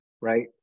right